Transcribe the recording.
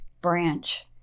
branch